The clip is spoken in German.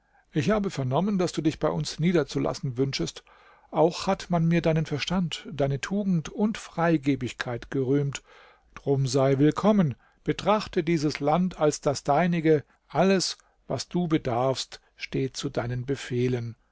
ich habe vernommen daß du dich bei uns niederzulassen wünschest auch hat man mir deinen verstand deine tugend und freigebigkeit gerühmt drum sei willkommen betrachte dieses land als das deinige alles was du bedarfst steht zu deinen befehlen